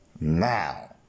Now